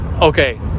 Okay